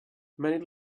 many